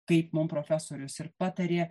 kaip mum profesorius ir patarė